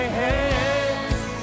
hands